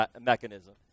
mechanism